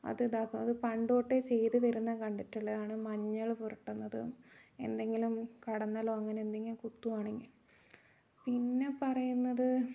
അത് ഇതാക്കാം അത് പണ്ടുതൊട്ടേ ചെയ്തുവരുന്നത് കണ്ടിട്ടുള്ളതാണ് മഞ്ഞൾ പുരട്ടുന്നതും എന്തെങ്കിലും കടന്നലോ അങ്ങനെയെന്തെങ്കിലും കുത്തുകയാണെങ്കിൽ പിന്നെ പറയുന്നത്